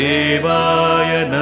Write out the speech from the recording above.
Devaya